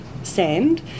sand